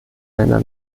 einer